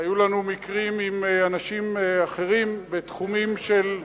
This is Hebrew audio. היו לנו מקרים עם אנשים אחרים בתחומים של,